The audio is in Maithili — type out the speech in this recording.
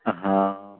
हँ